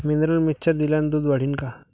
Mineral mixture दिल्यानं दूध वाढीनं का?